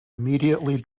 immediately